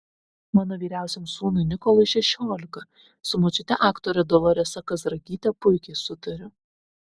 mano vyriausiam sūnui nikolui šešiolika su močiute aktore doloresa kazragyte puikiai sutariu